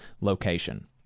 location